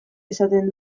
esaten